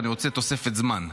אני רוצה תוספת זמן.